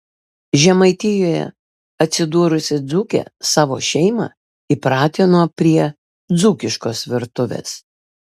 žemaitijoje atsidūrusi dzūkė savo šeimą įpratino prie dzūkiškos virtuvės